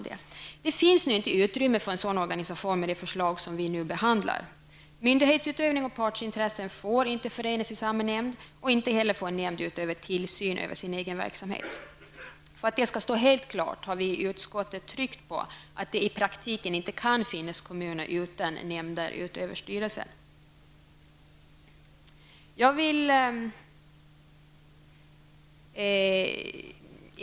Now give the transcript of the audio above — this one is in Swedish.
Det finns inte utrymme för en sådan organisation med det förslag som vi nu behandlar. Myndighetsutövning och partsintressen får inte förenas i samma nämnd. Inte heller får en nämnd utöva tillsyn över sin egen verksamhet. För att det skall stå helt klart har vi i utskottet tryckt på att det i praktiken inte kan finnas kommuner utan nämnder utöver styrelsen.